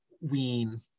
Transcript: wean